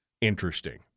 interesting